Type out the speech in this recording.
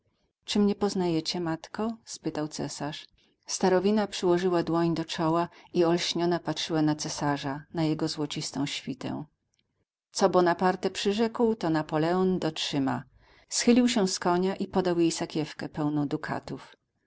czy mnie poznajecie matko spytał cesarz starowina przyłożyła dłoń do czoła i olśniona patrzyła na cesarza na jego złocistą świtę co bonaparte przyrzekł to napoleon dotrzyma schylił się z konia i podał jej sakiewkę pełną dukatów